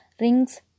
Rings